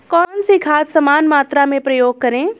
कौन सी खाद समान मात्रा में प्रयोग करें?